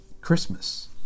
Christmas